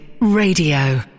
Radio